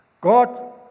God